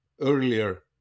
earlier